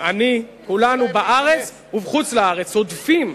אני, כולנו, בארץ ובחוץ-לארץ, הודפים,